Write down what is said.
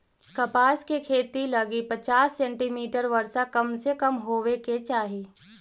कपास के खेती लगी पचास सेंटीमीटर वर्षा कम से कम होवे के चाही